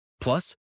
plus